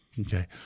Okay